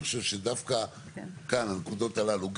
ואני חושב שדווקא כאן הנקודות הללו,